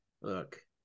look